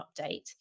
update